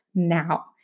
now